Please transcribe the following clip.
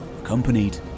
Accompanied